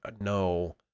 No